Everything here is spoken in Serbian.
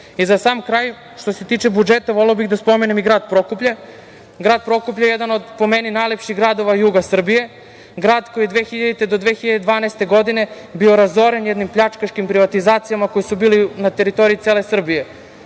sam kraj, što se tiče budžeta voleo bih da spomenem i grad Prokuplje. Grad Prokuplje je jedan od po meni najlepših gradova juga Srbije, grad koji od 2000. do 2012. godine je bio razoren pljačkaškim privatizacijama koje su bile na teritoriji cele Srbije.